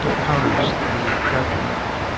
counters the detriment.